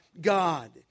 God